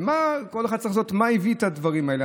ומה כל אחד צריך לעשות, מה הביא את הדברים האלה.